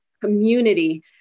community